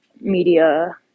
media